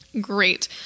great